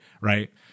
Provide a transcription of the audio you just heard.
right